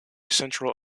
central